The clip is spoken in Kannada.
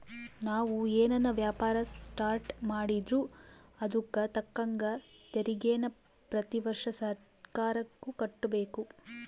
ನಾವು ಏನನ ವ್ಯಾಪಾರ ಸ್ಟಾರ್ಟ್ ಮಾಡಿದ್ರೂ ಅದುಕ್ ತಕ್ಕಂಗ ತೆರಿಗೇನ ಪ್ರತಿ ವರ್ಷ ಸರ್ಕಾರುಕ್ಕ ಕಟ್ಟುಬಕು